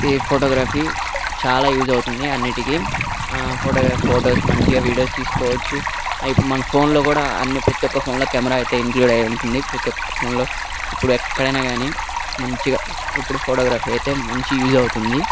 ఈ ఫోటోగ్రఫీ చాలా యూస్ అవుతుంది అన్నింటికీ ఫోటోగ్రఫ్ ఫోటోస్ మంచిగా వీడియోస్ తీసుకోవచ్చు ఇప్పుడు మన ఫోన్లో కూడా అన్నీ ప్రతీ ఒక్క ఫోన్లో కెమెరా అయితే ఇంక్లూడ్ అయి ఉంటుంది ప్రతీ ఒక్క ఫోన్లో ఇప్పుడు ఎక్కడైనా కానీ మంచిగా ఇప్పుడు ఫోటోగ్రఫీ అయితే మంచి యూస్ అవుతుంది